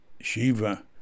Shiva